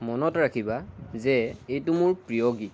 মনত ৰাখিবা যে এইটো মোৰ প্ৰিয় গীত